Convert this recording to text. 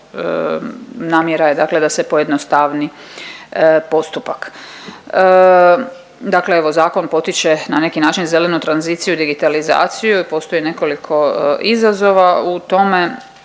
namjera je dakle da se pojednostavni postupak. Dakle evo zakon potiče na neki način zelenu tranziciju i digitalizaciju i postoji nekoliko izazova u tome.